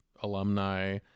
alumni